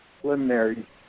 preliminary